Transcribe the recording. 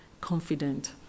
confident